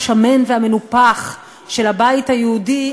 השמן והמנופח של הבית היהודי,